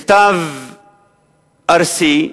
מכתב ארסי,